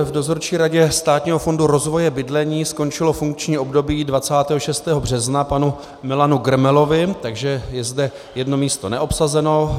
V Dozorčí radě Státního fondu rozvoje bydlení skončilo funkční období 26. března panu Milanu Grmelovi, takže je zde jedno místo neobsazeno.